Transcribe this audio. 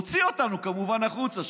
הוא הוציא אותנו כמובן החוצה,